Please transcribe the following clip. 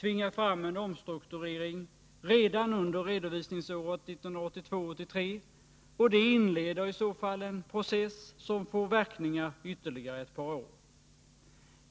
tvingar fram en omstrukturering redan under redovisningsåret 1982/83, och det inleder i så fall en process som får verkningar ytterligare ett par år.